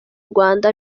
rwanda